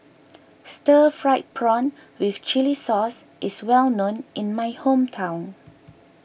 Stir Fried Prawn with Chili Sauce is well known in my hometown